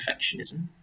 perfectionism